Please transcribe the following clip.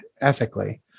ethically